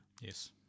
Yes